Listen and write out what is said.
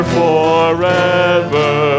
forever